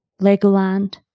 Legoland